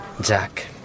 Jack